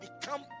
become